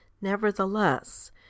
Nevertheless